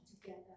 together